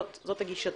זאת גישתי.